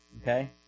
Okay